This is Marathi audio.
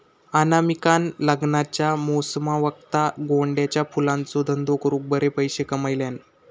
अनामिकान लग्नाच्या मोसमावक्ता गोंड्याच्या फुलांचो धंदो करून बरे पैशे कमयल्यान